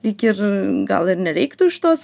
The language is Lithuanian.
lyg ir gal ir nereiktų iš tos